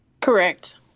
Correct